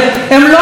הם לא הכניעה,